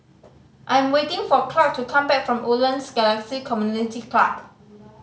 I am waiting for Clarke to come back from Woodlands Galaxy Community Club